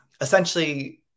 essentially